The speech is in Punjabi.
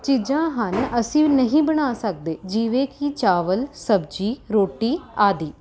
ਚੀਜ਼ਾਂ ਹਨ ਅਸੀਂ ਨਹੀਂ ਬਣਾ ਸਕਦੇ ਜਿਵੇਂ ਕਿ ਚਾਵਲ ਸਬਜ਼ੀ ਰੋਟੀ ਆਦਿ